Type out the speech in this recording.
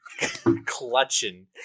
clutching